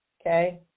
okay